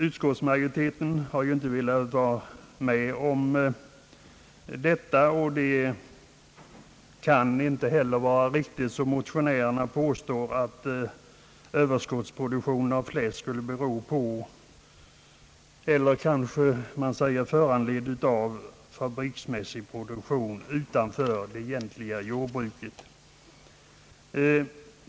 Utskottsmajoriteten har inte velat vara med om detta. Motionärernas påstående att överproduktionen av fläsk skulle vara föranledd av fabriksmässig produktion utanför det egentliga jordbruket kan inte heller vara riktigt.